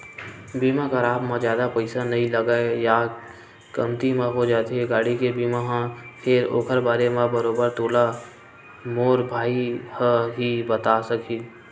बीमा कराब म जादा पइसा नइ लगय या कमती म हो जाथे गाड़ी के बीमा ह फेर ओखर बारे म बरोबर तोला मोर भाई ह ही बताय सकही